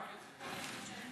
רק את זה.